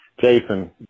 Jason